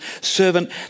servant